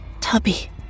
Tubby